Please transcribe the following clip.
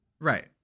Right